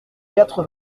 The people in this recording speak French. quatre